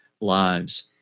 lives